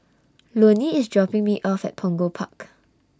Loney IS dropping Me off At Punggol Park